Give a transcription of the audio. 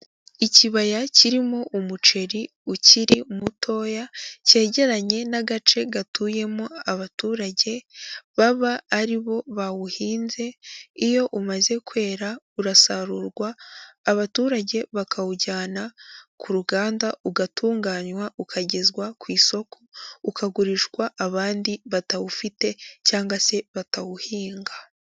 Ikibaya kirimo umuceri ukiri mutoya cyegeranye n'agace gatuyemo abaturage baba ari bo bawuhinze, iyo umaze kwera urasarurwa, abaturage bakawujyana ku ruganda, ugatunganywa ukagezwa ku isoko, ukagurishwa abandi batawufite cyangwa se batawuhinga.